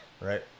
Right